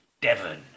Devon